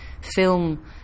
film